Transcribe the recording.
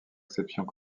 exceptions